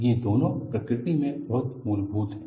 ये दोनों प्रकृति में बहुत मूलभूत हैं